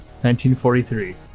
1943